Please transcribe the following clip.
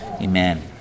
Amen